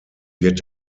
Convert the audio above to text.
wird